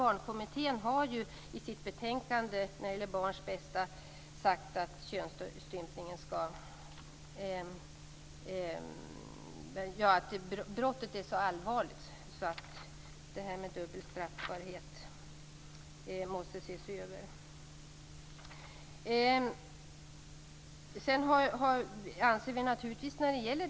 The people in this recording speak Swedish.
Barnkommittén har i sitt betänkande om barns bästa sagt att brottet är så allvarligt att frågan om dubbel straffbarhet måste ses över.